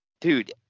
dude